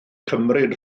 cymryd